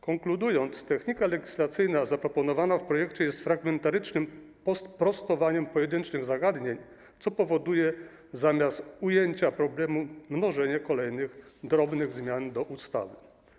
Konkludując, technika legislacyjna zaproponowana w projekcie jest fragmentarycznym prostowaniem poszczególnych zagadnień, co powoduje, zamiast ucięcia problemu, mnożenie kolejnych drobnych zmian do ustawy.